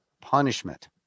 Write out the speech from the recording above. punishment